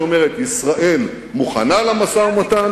שאומרת: ישראל מוכנה למשא-ומתן,